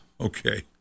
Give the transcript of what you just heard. Okay